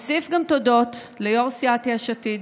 אוסיף גם תודות ליו"ר סיעת יש עתיד,